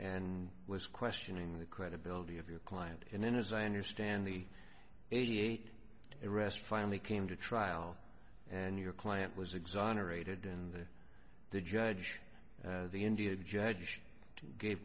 and was questioning the credibility of your client and then as i understand the eighty eight rest finally came to trial and your client was exonerated and the judge the india judge gave